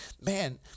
man